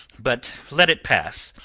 but let it pass.